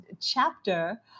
chapter